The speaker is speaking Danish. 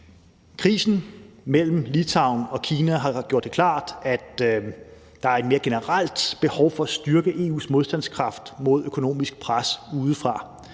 Krisen mellem Litauen og Kina har gjort det klart, at der er et mere generelt behov for at styrke EU's modstandskraft mod økonomisk pres udefra,